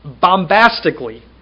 bombastically